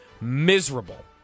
miserable